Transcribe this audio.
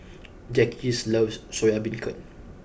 Jacques loves Soya Beancurd